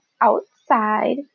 outside